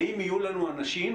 האם יהיו לנו אנשים